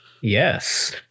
Yes